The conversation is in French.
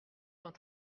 vingt